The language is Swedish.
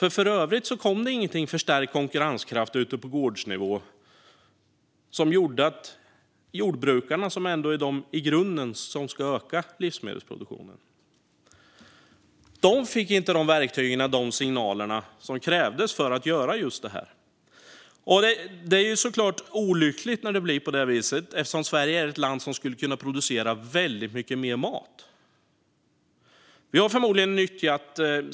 I övrigt kom ingenting för att stärka konkurrenskraften ute på gårdsnivå. Jordbrukarna, som i grunden ändå är de som ska öka livsmedelsproduktionen, fick inte de verktyg eller de signaler som krävdes för att göra det. Det är såklart olyckligt när det blir på det här viset eftersom Sverige är ett land som skulle kunna producera väldigt mycket mer mat.